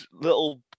little